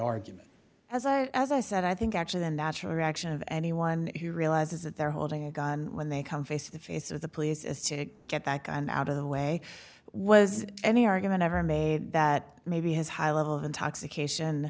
argument as i as i said i think actually the natural reaction of anyone who realizes that they're holding a gun when they come face to face with the police is to get back on out of the way was any argument ever made that maybe his high level of intoxication